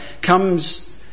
comes